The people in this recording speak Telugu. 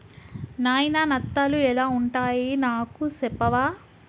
నాయిన నత్తలు ఎలా వుంటాయి నాకు సెప్పవా